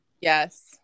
yes